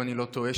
אם אני לא טועה,